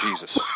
Jesus